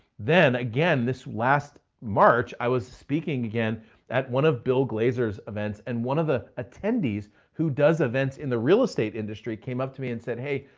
then again, this last march, i was speaking again at one of bill glazer's events and one of the attendees who does events in the real estate industry came up to me and said, hey,